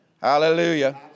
Hallelujah